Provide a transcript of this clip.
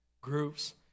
groups